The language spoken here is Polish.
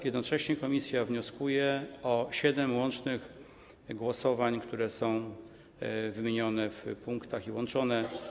Jednocześnie komisja wnioskuje o siedem łącznych głosowań, które są wymienione w punktach i łączone.